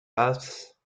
passe